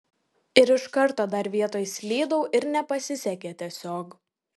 ir iš karto dar vietoj slydau ir nepasisekė tiesiog